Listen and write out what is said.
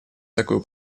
такую